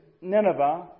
Nineveh